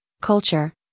culture